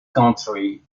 country